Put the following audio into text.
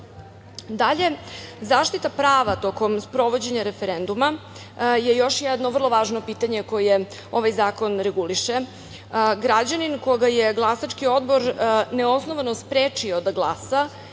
zaštita prava tokom sprovođenja referenduma je još jedno vrlo važno pitanje koje ovaj zakon reguliše. Građanin koga je glasački odbor neosnovano sprečio da glasa